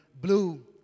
blue